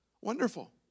Wonderful